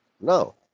no